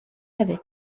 hefyd